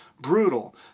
brutal